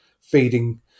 feeding